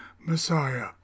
Messiah